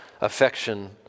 affection